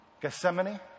Gethsemane